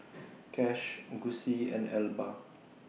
Cash Gussie and Elba